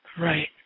Right